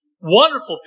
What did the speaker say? wonderful